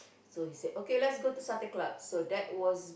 so he said okay let's go to Satay-Club so that was